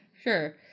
sure